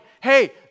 hey